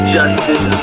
Justice